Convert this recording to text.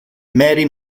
mary